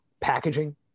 Packaging